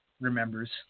remembers